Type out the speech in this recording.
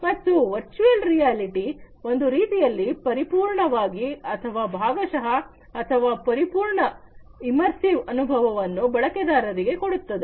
ಮತ್ತು virtual reality ಒಂದು ರೀತಿಯಲ್ಲಿ ಪರಿಪೂರ್ಣವಾಗಿ ಅಥವಾ ಭಾಗಶಹ ಅಥವಾ ಪರಿಪೂರ್ಣವಾಗಿ ಇಮರ್ಸಿವ್ ಅನುಭವವನ್ನು ಬಳಕೆದಾರರಿಗೆ ಕೊಡುತ್ತದೆ